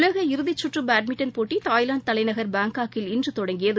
உலக இறுதிச்சுற்றுபேட்மின்டன் போட்டிதாய்லாந்துதலைநகர் பாய்காக்கில் இன்றுதொடய்கியது